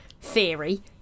Theory